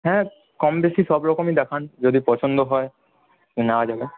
হ্যাঁ কম বেশি সবরকমই দেখান যদি পছন্দ হয় নেওয়া যাবে